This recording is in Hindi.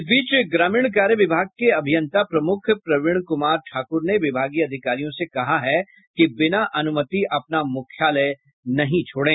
इस बीच ग्रामीण कार्य विभाग के अभियंता प्रमुख प्रवीण कुमार ठाकुर ने विभागीय अधिकारियों से कहा है कि बिना अनुमति अपना मुख्यालय नहीं छोड़ें